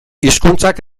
hizkuntzak